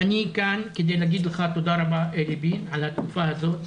אני כאן כדי להגיד לך תודה רבה על התקופה הזאת,